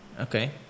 Okay